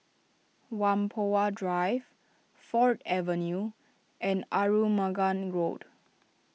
Whampoa Drive Ford Avenue and Arumugam Road